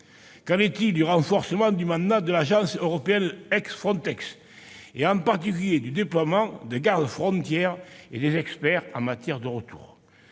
Qu'en est-il du renforcement du mandat de l'agence européenne ayant remplacé l'agence Frontex, en particulier du déploiement des garde-frontières et des experts en matière de retour ?